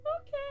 Okay